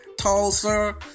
tulsa